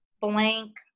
blank